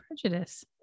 Prejudice